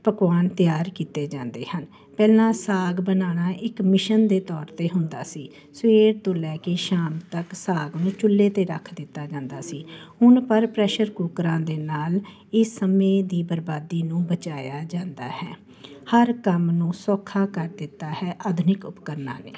ਪਕਵਾਨ ਤਿਆਰ ਕੀਤੇ ਜਾਂਦੇ ਹਨ ਪਹਿਲਾਂ ਸਾਗ ਬਣਾਉਣਾ ਇੱਕ ਮਿਸ਼ਨ ਦੇ ਤੌਰ 'ਤੇ ਹੁੰਦਾ ਸੀ ਸਵੇਰ ਤੋਂ ਲੈ ਕੇ ਸ਼ਾਮ ਤੱਕ ਸਾਗ ਨੂੰ ਚੁੱਲ੍ਹੇ 'ਤੇ ਰੱਖ ਦਿੱਤਾ ਜਾਂਦਾ ਸੀ ਹੁਣ ਪਰ ਪ੍ਰੈਸ਼ਰ ਕੂਕਰਾਂ ਦੇ ਨਾਲ ਇਹ ਸਮੇਂ ਦੀ ਬਰਬਾਦੀ ਨੂੰ ਬਚਾਇਆ ਜਾਂਦਾ ਹੈ ਹਰ ਕੰਮ ਨੂੰ ਸੌਖਾ ਕਰ ਦਿੱਤਾ ਹੈ ਆਧੁਨਿਕ ਉਪਕਰਨਾਂ ਨੇ